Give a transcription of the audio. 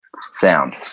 sound